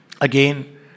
Again